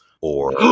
or-